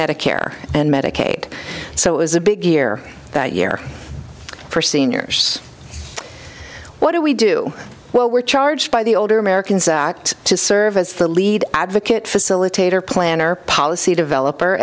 medicare and medicaid so it was a big year that year for seniors what do we do well we're charged by the older americans act to serve as the lead advocate facilitator plan or policy developer